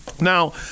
Now